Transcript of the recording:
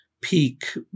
peak